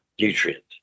nutrient